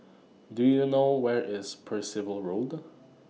Do YOU know Where IS Percival Road